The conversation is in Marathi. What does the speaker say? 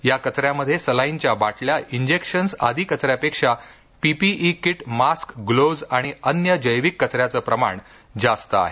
या कचऱ्यामध्ये सलाइनच्या बाटल्या इंजेक्शन्स आदी कचर्या पेक्षा पीपीई किट मास्क ग्लोव्हज आणि अन्य जैविक कचऱ्याचं प्रमाण जास्त आहे